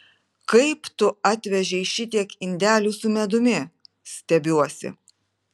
kaip tu atvežei šitiek indelių su medumi stebiuosi